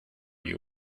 you